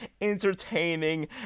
entertaining